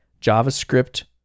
javascript